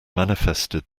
manifested